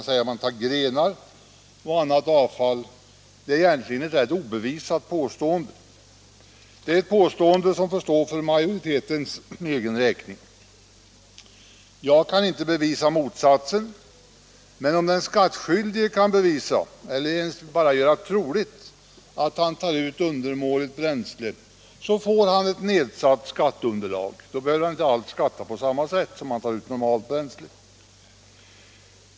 0. m. grenar och annat avfall, är egentligen obevisat. Det är ett påstående som får stå för majoritetens egen räkning. Jag kan inte bevisa motsatsen, men om den skattskyldige kan bevisa eller bara göra troligt att han tar ut undermåligt bränsle, får han nedsatt skatteunderlag. Då behöver han inte alls skatta på samma sätt som när han tar ut normalt bränsle.